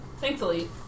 thankfully